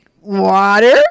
water